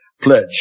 pledge